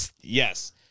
Yes